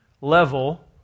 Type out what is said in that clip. level